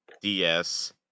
DS